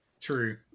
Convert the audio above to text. true